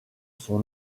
son